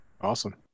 Awesome